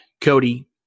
Cody